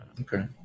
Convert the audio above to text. Okay